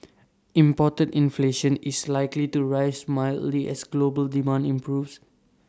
imported inflation is likely to rise mildly as global demand improves